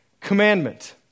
commandment